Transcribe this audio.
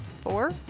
Four